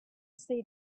see